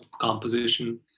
composition